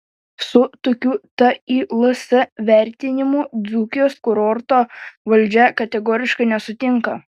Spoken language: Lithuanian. su tokiu tils vertinimu dzūkijos kurorto valdžia kategoriškai nesutinka